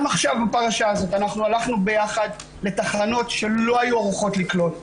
גם עכשיו בפרשה הזאת אנחנו הלכנו ביחד לתחנות שלא היו ערוכות לקלוט,